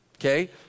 Okay